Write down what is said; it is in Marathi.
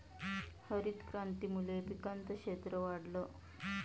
हरितक्रांतीमुळे पिकांचं क्षेत्र वाढलं